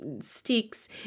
sticks